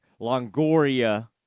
Longoria